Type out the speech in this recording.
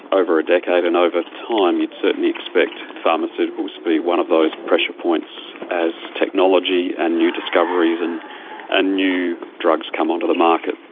over a decade and over time you'd certainly expect pharmaceuticals to be one of those pressure points as technology and new discoveries and ah new drugs come onto the market.